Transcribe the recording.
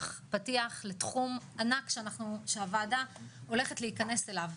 לתחום ענק שהוועדה הולכת להיכנס אליו.